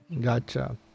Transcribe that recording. Gotcha